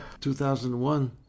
2001